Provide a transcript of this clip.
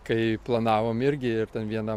kai planavom irgi ir ten vieną